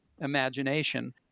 Imagination